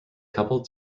coupled